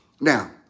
Now